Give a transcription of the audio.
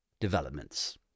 developments